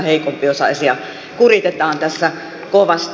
heikompiosaisia kuritetaan tässä kovasti